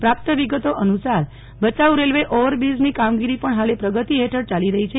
પ્રાપ્ત વિગતો અનુસાર ભચાઉ રેલ્વે ઓવરબ્રીજની કામગીરી પણ હાલે પ્રગતિ હેઠળ ચાલી રહી છે